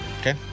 Okay